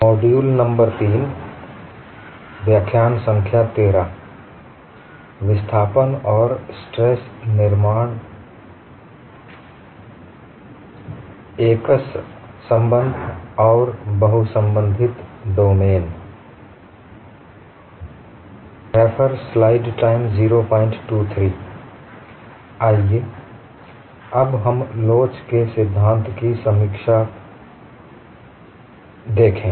आइए अब हम लोच के सिद्धांत की समीक्षा देखें